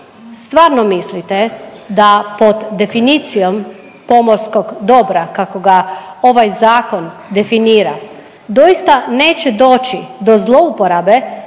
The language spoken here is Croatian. stvarno mislite da pod definicijom pomorskog dobra, kako ga ovaj zakon definira, doista neće doći do zlouporabe